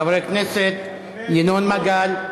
חבר הכנסת ינון מגל.